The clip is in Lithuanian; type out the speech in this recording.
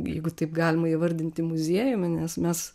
jeigu taip galima įvardinti muziejumi nes mes